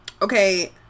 Okay